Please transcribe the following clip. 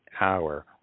hour